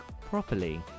properly